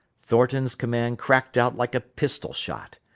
thornton's command cracked out like a pistol-shot.